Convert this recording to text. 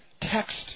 text